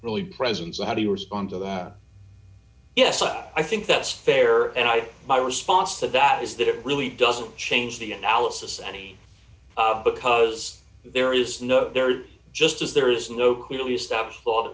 really present so how do you respond to that yes i think that's fair and i think my response to that is that it really doesn't change the analysis any because there is no there just as there is no clearly establish law that